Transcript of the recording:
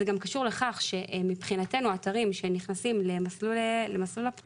זה גם קשור לכך שמבחינתנו אתרים שנכנסים למסלול הפטור